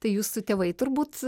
tai jūsų tėvai turbūt